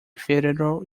federal